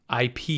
ip